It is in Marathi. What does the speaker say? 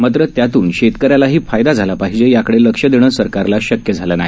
मात्र त्यातून शेतकऱ्यालाही फायदा झाला पाहिजे याकडे लक्ष देणं सरकारला शक्य झालं नाही